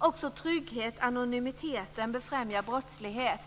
gäller trygghet befrämjar anonymiteten brottslighet.